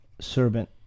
servant